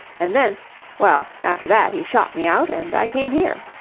and then well, after that he shot me out, and i came here.